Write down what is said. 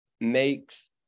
makes